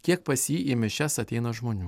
kiek pas jį į mišias ateina žmonių